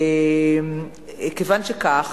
כיוון שכך,